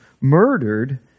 murdered